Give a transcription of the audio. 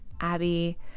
Abby